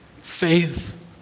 faith